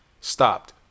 stopped